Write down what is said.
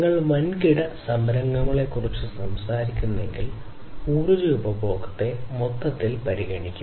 നിങ്ങൾ വൻകിട സംരംഭങ്ങളെക്കുറിച്ചാണ് സംസാരിക്കുന്നതെങ്കിൽ ഊർജ്ജ ഉപഭോഗത്തെ മൊത്തത്തിൽ പരിഗണിക്കും